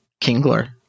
Kingler